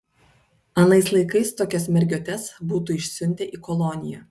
anais laikais tokias mergiotes būtų išsiuntę į koloniją